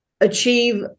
achieve